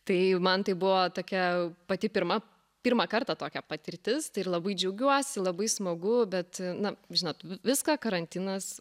tai man tai buvo tokia pati pirma pirmą kartą tokia patirtis tai ir labai džiaugiuosi labai smagu bet na žinot viską karantinas